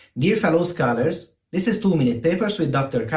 dear fellow scholars, this is two minute papers with dr.